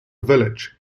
village